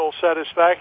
satisfaction